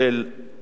גם של השקעה.